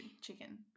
Chicken